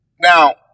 Now